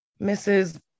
Mrs